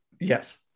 Yes